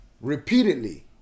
repeatedly